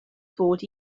fod